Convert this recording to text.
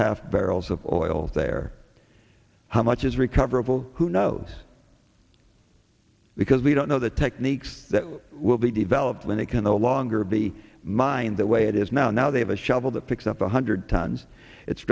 half barrels of oil there how much is recoverable who know because we don't know the techniques that will be developed when it can no longer be mined the way it is now now they have a shovel that picks up one hundred tons it's